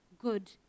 good